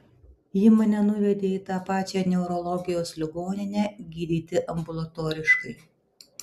ji mane nuvedė į tą pačią neurologijos ligoninę gydyti ambulatoriškai